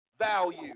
Value